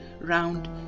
round